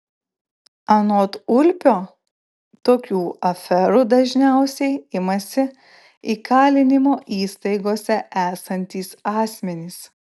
anot ulpio tokių aferų dažniausiai imasi įkalinimo įstaigose esantys asmenys